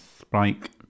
spike